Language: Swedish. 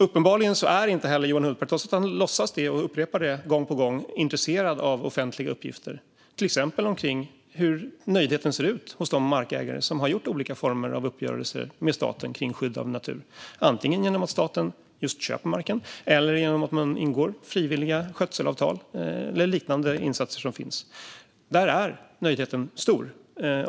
Uppenbarligen är inte heller Johan Hultberg - trots att han låtsas att han är det och upprepar det gång på gång - intresserad av offentliga uppgifter, till exempel om hur nöjdheten ser ut hos de markägare som har träffat olika former av uppgörelser med staten om skydd av natur, antingen genom att staten köpt marken eller genom att man ingått frivilliga skötselavtal eller gjort liknande insatser. Där är nöjdheten stor.